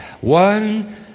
One